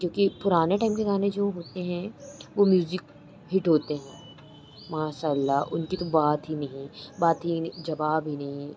क्योंकि पुराने टइम के गाने जो होते हैं वे म्यूजिक हिट होते हैं माशा अल्लाह उनकी तो बात ही नहीं बात ही नहीं जवाब ही नहीं